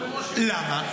למה?